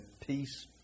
Peace